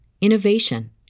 innovation